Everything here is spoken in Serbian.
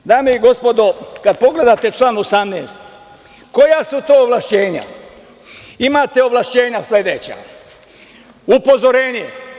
Dame i gospodo, kada pogledate član 18. koja su to ovlašćenja, imate ovlašćenja sledeća: upozorenje…